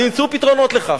וימצאו פתרונות לכך,